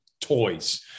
toys